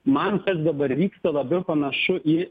man kas dabar vyksta labiau panašu į